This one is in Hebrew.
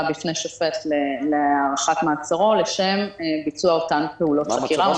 בפני שופט להארכת מעצרו לשם ביצוע אותן פעולות חקירה.